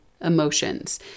emotions